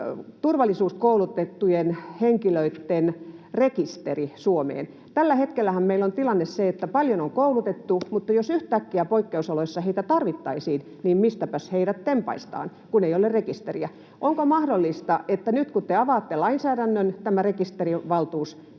turvallisuuskoulutettujen henkilöitten rekisteri Suomeen. Tällä hetkellähän meillä on tilanne se, että paljon on koulutettu, mutta jos yhtäkkiä poikkeusoloissa heitä tarvittaisiin, niin mistäpäs heidät tempaistaan, kun ei ole rekisteriä? Onko mahdollista, että nyt, kun te avaatte lainsäädännön, tämä rekisterivaltuus